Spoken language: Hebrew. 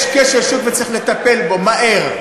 יש כשל שוק, וצריך לטפל בו מהר.